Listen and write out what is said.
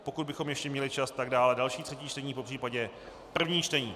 Pokud bychom ještě měli čas, tak dále další třetí čtení, popřípadě první čtení.